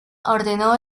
ordenó